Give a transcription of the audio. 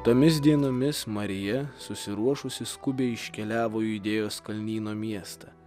tomis dienomis marija susiruošusi skubiai iškeliavo į judėjos kalnyno miestą